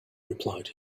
replied